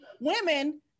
women